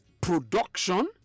production